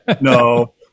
no